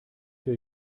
will